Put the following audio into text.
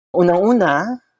Una-una